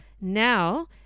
now